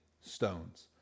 stones